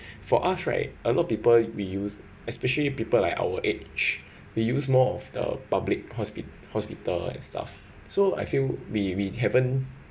for us right a lot of people we use especially people like our age we use more of the public hospi~ hospital and stuff so I feel we we haven't